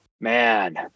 man